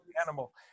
animal